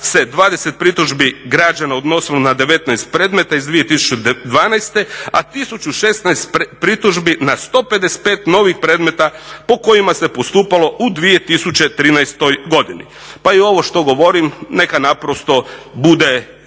se 20 pritužbi građana odnosilo na 19 predmeta iz 2012., 1016 pritužbi na 155 novih predmeta po kojima se postupalo u 2013. godini. Pa i ovo što govorim neka naprosto bude